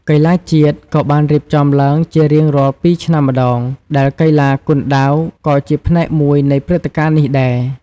កីឡាជាតិ ក៏បានរៀបចំឡើងជារៀងរាល់ ២ឆ្នាំម្តង ដែលកីឡាគុនដាវក៏ជាផ្នែកមួយនៃព្រឹត្តិការណ៍នេះដែរ។